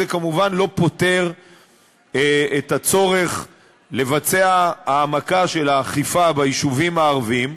זה כמובן לא פוטר מהצורך לבצע העמקה של האכיפה ביישובים הערביים.